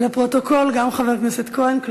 לפרוטוקול: גם חבר הכנסת כהן.